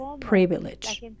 privilege